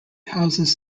houses